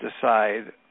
decide